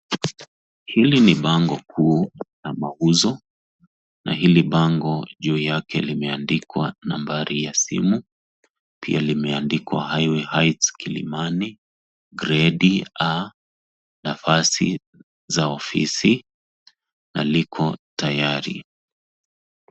Hili ni bango kuu la mauzo, na hili bango juu yake imeandikwa nambari ya simu, pia limeandikwa Highway Heights Kilimani gredi A nafasi za ofisi na liko tayari.